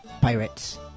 Pirates